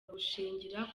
gushingira